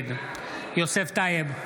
נגד יוסף טייב,